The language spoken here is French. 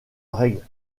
règle